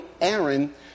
Aaron